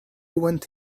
went